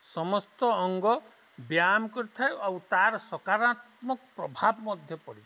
ସମସ୍ତ ଅଙ୍ଗ ବ୍ୟାୟାମ କରିଥାଏ ଆଉ ତା'ର ସକାରାତ୍ମକ ପ୍ରଭାବ ମଧ୍ୟ ପଡ଼ିଥାଏ